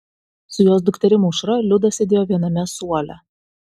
su jos dukterim aušra liuda sėdėjo viename suole